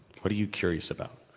what are you curious about?